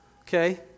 okay